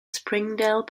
springdale